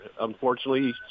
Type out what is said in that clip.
Unfortunately